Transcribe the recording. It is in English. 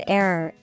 error